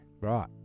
Right